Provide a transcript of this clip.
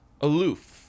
aloof